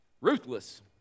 Ruthless